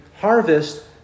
harvest